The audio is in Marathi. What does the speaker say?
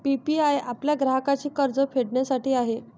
पी.पी.आय आपल्या ग्राहकांचे कर्ज फेडण्यासाठी आहे